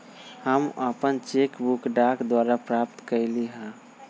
हम अपन cheque book डाक द्वारा प्राप्त कईली ह